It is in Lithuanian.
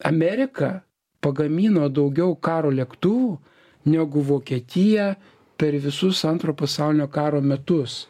amerika pagamino daugiau karo lėktuvų negu vokietija per visus antro pasaulinio karo metus